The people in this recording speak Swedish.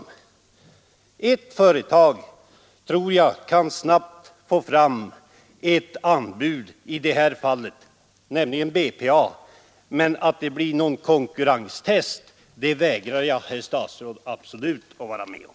Ett företag kan, tror jag, snabbt få fram ett anbud i det här fallet, nämligen BPA, men att det blir något konkurrenstest vägrar jag, herr statsråd, absolut att gå med på.